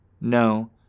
No